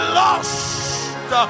lost